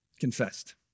confessed